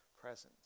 presence